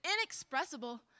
inexpressible